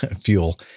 fuel